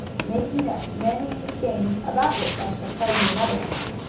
making up many new games about which i shall tell you another time.